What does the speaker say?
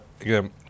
again